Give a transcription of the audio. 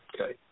Okay